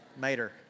Mater